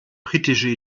britische